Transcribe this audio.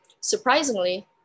Surprisingly